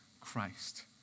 Christ